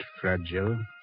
fragile